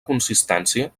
consistència